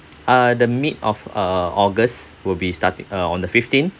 uh the mid of uh august will be starting uh on the fifteen